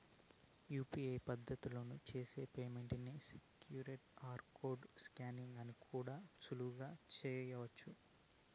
UPI పద్దతిల చేసి payment ని క్యూ.ఆర్ కోడ్ స్కానింగ్ కన్నా కూడా సులువుగా చేయచ్చు